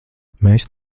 mēs